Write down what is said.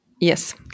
yes